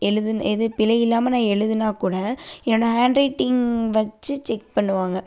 எழுதின எது பிழையில்லாமல் நான் எழுதினா கூட என்னோடய ஹேண்ட் ரைட்டிங் வச்சு செக் பண்ணுவாங்கள்